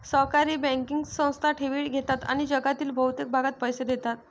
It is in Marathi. सहकारी बँकिंग संस्था ठेवी घेतात आणि जगातील बहुतेक भागात पैसे देतात